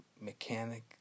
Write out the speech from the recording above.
mechanic